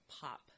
pop